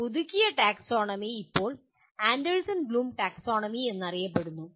ഈ പുതുക്കിയ ടാക്സോണമി ഇപ്പോൾ ആൻഡേഴ്സൺ ബ്ലൂം ടാക്സോണമി എന്നറിയപ്പെടുന്നു